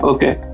Okay